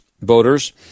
voters